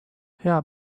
hea